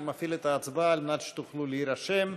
אני מפעיל את ההצבעה על מנת שתוכלו להירשם.